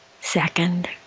Second